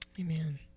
Amen